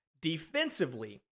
Defensively